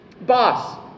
Boss